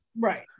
Right